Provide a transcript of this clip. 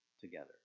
together